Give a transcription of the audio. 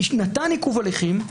נתן עיכוב הליכים,